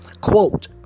Quote